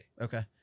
okay